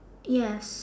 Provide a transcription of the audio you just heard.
yes